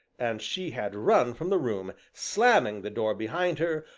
and she had run from the room, slamming the door behind her,